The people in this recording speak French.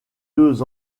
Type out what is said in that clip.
deux